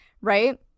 right